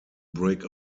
break